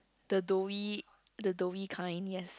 the doughy the doughy kind yes